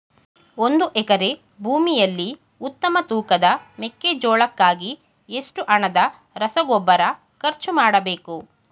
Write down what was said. ಒಂದು ಎಕರೆ ಭೂಮಿಯಲ್ಲಿ ಉತ್ತಮ ತೂಕದ ಮೆಕ್ಕೆಜೋಳಕ್ಕಾಗಿ ಎಷ್ಟು ಹಣದ ರಸಗೊಬ್ಬರ ಖರ್ಚು ಮಾಡಬೇಕು?